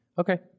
Okay